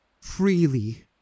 freely